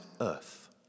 earth